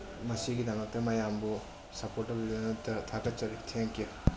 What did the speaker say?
ꯃꯁꯤꯒꯤꯗꯃꯛꯇ ꯃꯌꯥꯝꯕꯨ ꯁꯞꯄꯣꯔꯠ ꯇꯧꯕꯤꯕꯒꯤꯗꯃꯛꯇ ꯊꯥꯒꯠꯆꯔꯤ ꯊꯦꯡꯛ ꯌꯨ